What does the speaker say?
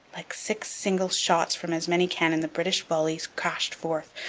like six single shots from as many cannon the british volleys crashed forth,